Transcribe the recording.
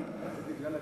זה בגלל הגינות.